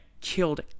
killed